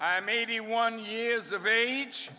i'm eighty one years of age